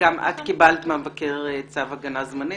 גם את קיבלת מהמבקר צו הגנה זמני.